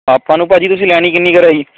ਆਪਾਂ ਨੂੰ ਭਾਅ ਜੀ ਤੁਸੀਂ ਲੈਣੀ ਕਿੰਨੀ ਕਰ ਹੈ ਜੀ